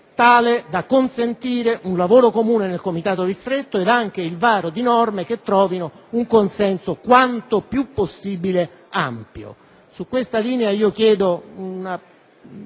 consentire un lavoro comune in un Comitato ristretto ed anche il varo di norme che trovino un consenso quanto più possibile ampio. A tale riguardo, chiedo un